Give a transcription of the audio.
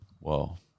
Well-